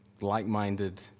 like-minded